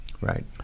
Right